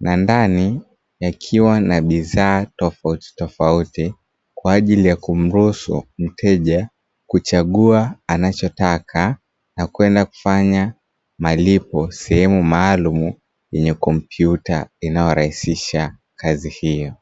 na ndani yakiwa na bidhaa tofauti tofauti, kwa ajili ya kumruhusu mteja kuchagua anachotaka na kwenda kufanya malipo, sehemu maalumu yenye kompyuta inayorahisisha kazi hiyo.